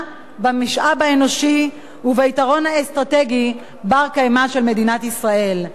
במשאב האנושי וביתרון האסטרטגי הבר-קיימא של מדינת ישראל.